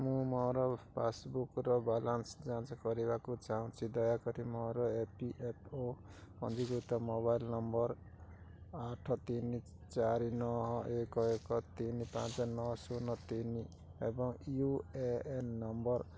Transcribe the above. ମୁଁ ମୋର ପାସବୁକ୍ର ବାଲାନ୍ସ ଯାଞ୍ଚ କରିବାକୁ ଚାହୁଁଛି ଦୟାକରି ମୋର ଇ ପି ଏଫ୍ ଓ ପଞ୍ଜିକୃତ ମୋବାଇଲ୍ ନମ୍ବର୍ ଆଠ ତିନି ଚାରି ନଅ ଏକ ଏକ ତିନି ପାଞ୍ଚ ନଅ ଶୂନ ତିନି ଏବଂ ୟୁ ଏ ଏନ୍ ନମ୍ବର୍